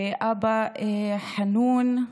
אבא חנון.